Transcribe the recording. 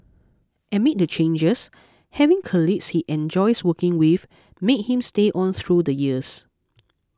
amid the changes having colleagues he enjoys working with made him stay on through the years